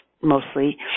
mostly